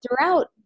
throughout